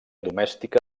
domèstica